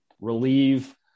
relieve